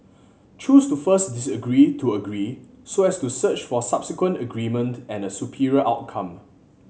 choose to first disagree to agree so as to search for subsequent agreement and a superior outcome